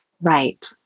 Right